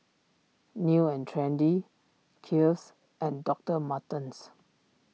New and Trendy Kiehl's and Doctor Martens